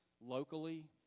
locally